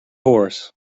horse